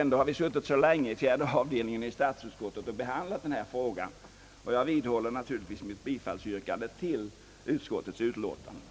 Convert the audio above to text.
Ändå har vi suttit så länge i statsutskottets fjärde avdelning och behandlat denna fråga. Jag vidhåller naturligtvis, herr talman, mitt yrkande om bifall till utskottets hemställan.